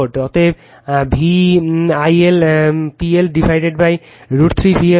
অতএব v I L PL বিভক্ত √ 3 VL হবে